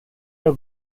the